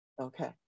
Okay